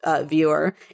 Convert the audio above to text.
viewer